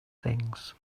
things